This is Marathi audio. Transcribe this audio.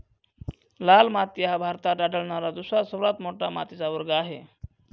लाल माती हा भारतात आढळणारा दुसरा सर्वात मोठा मातीचा वर्ग आहे